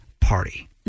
party